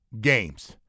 games